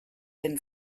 been